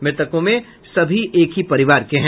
मृतकों में सभी एक ही परिवार के हैं